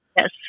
Yes